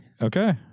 Okay